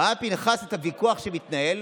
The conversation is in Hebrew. ראה פינחס את הוויכוח שמתנהל,